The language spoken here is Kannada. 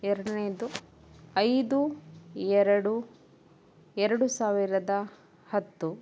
ಎರಡನೇಯದು ಐದು ಎರಡು ಎರಡು ಸಾವಿರದ ಹತ್ತು